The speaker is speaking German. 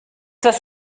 was